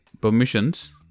permissions